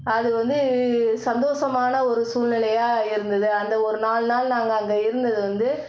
அது வந்து சந்தோஷமான ஒரு சூழ்நிலையா இருந்தது அந்த ஒரு நாலு நாள் நாங்கள் அங்கே இருந்தது வந்து